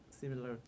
similar